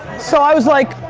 so i was like,